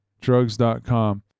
drugs.com